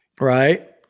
Right